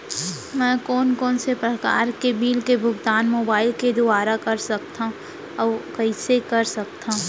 मैं कोन कोन से प्रकार के बिल के भुगतान मोबाईल के दुवारा कर सकथव अऊ कइसे कर सकथव?